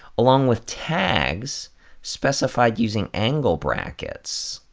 along with tags specified using angle brackets